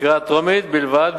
בקריאה טרומית בלבד,